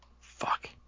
fuck